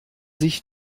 sich